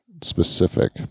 specific